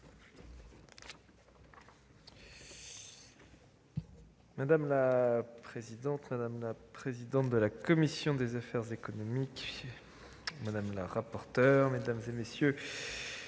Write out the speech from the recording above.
Madame la présidente, madame la présidente de la commission des affaires économiques, madame la rapporteure, mesdames, messieurs